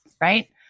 right